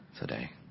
today